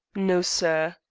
no, sir.